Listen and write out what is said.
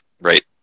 Right